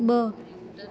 ब॒